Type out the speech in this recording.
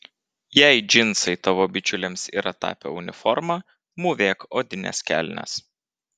jei džinsai tavo bičiulėms yra tapę uniforma mūvėk odines kelnes